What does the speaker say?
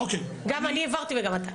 גם אני הבהרתי וגם אתה.